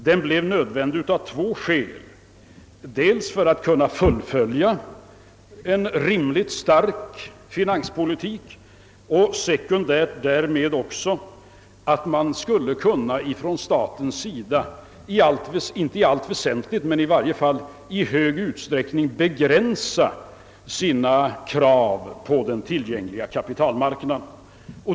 Den blev nödvändig av två skäl, primärt för att vi skulle kunna fullfölja en rimligt stark finanspolitik och sekundärt därmed också för att man skulle kunna från statens sida, inte i allt väsentligt, men i varje fall i hög utsträckning, begränsa sina krav på den tillgängliga kapitalmarknaden.